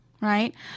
right